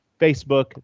Facebook